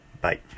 Bye